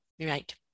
Right